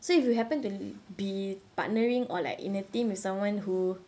so if you happen to be partnering or like in a team with someone who